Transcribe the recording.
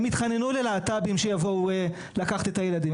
הם יתחננו ללהט"בים שיבואו לקחת את הילדים,